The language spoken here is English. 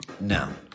Now